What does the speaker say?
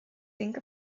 think